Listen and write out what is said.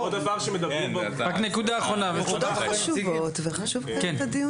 אלה נקודות חשובות וחשוב לקיים את הדיון הזה.